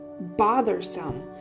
bothersome